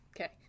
Okay